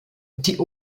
die